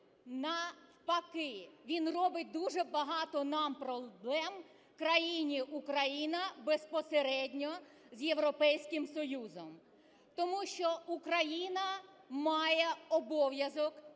навпаки, він робить дуже багато нам проблем, країні Україна, безпосередньо з Європейським Союзом, тому що Україна має обов'язок